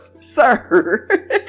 sir